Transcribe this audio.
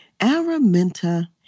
Araminta